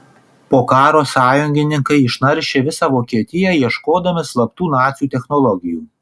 po karo sąjungininkai išnaršė visą vokietiją ieškodami slaptų nacių technologijų